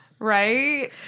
Right